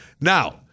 Now